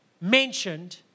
mentioned